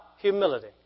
humility